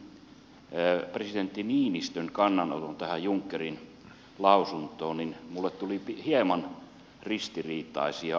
kun kuulin presidentti niinistön kannanoton tähän junckerin lausuntoon niin minulle tuli hieman ristiriitaisia ajatuksia